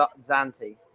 Zanti